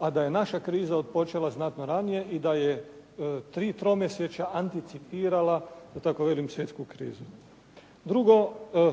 a da je naša kriza počela znatno ranije i da je tri tromjesečja anticipirala da tako kažem svjetsku krizu. Drugo,